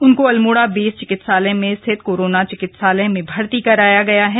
उसको अल्मोड़ा बेस चिकित्सालय में स्थित कोरोना चिकित्सालय में भर्ती कराया गया है